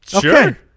Sure